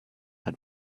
had